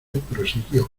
prosiguió